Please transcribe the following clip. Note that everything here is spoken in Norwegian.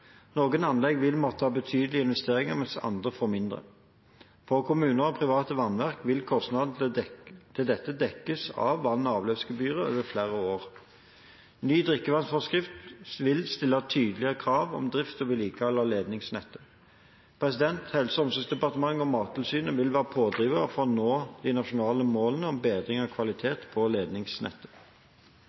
Noen anlegg vil måtte ha betydelige investeringer, mens andre får mindre. For kommunene og private vannverk vil kostnadene til dette dekkes av vann- og avløpsgebyret over flere år. En ny drikkevannsforskrift vil stille tydeligere krav om drift og vedlikehold av ledningsnettet. Helse- og omsorgsdepartementet og Mattilsynet vil være pådrivere for å nå de nasjonale målene om bedring av kvaliteten på ledningsnettet.